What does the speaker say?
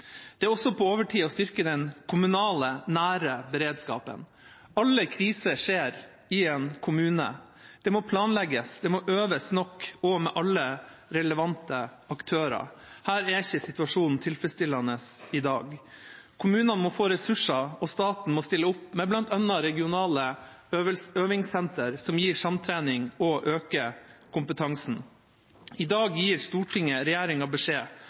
Det er også på overtid å styrke den kommunale, nære beredskapen. Alle kriser skjer i en kommune. Det må planlegges. Det må øves nok og med alle relevante aktører. Her er ikke situasjonen tilfredsstillende i dag. Kommunene må få ressurser, og staten må stille opp med bl.a. regionale øvingssentre som gir samtrening og øker kompetansen. I dag gir Stortinget regjeringa beskjed